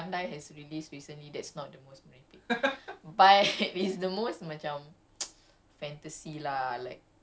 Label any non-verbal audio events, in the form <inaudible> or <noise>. it was the most merepek ah okay okay no that's not okay I take that back <breath> after seeing things that bandai has released recently that's not the most merepek